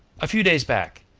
a few days back.